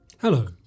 Hello